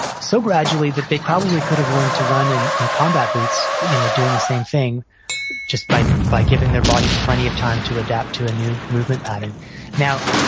so gradually that they probably could have learned to run in in combat boots you know doing the same thing just by by giving their body plenty of time to adapt to a new movement pattern now,